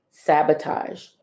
sabotage